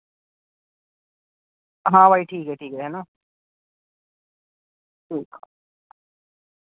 ہاں بھائی ٹھیک ہے ٹھیک ہے ہے نا ٹھیک